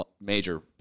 major